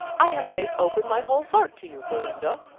i have laid open my whole heart to you, belinda.